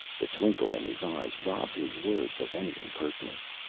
the twinkle in his eyes robbed his words of any impertinence.